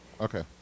Okay